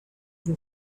even